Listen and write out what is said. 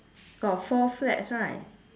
got four flats right